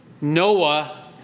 Noah